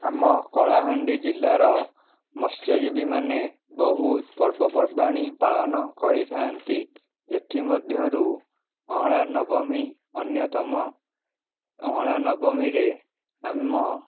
ଆମ କଳାହାଣ୍ଡି ଜିଲ୍ଲାର ମତ୍ସଜୀବୀ ମାନେ ବହୁ ପର୍ବପର୍ବାଣି ପାଳନ କରିଥାନ୍ତି ଏଥିମଧ୍ୟରୁ ଅଅଁଳା ନବମୀ ଅନ୍ୟତମ ଅଅଁଳା ନବମୀରେ ଆମ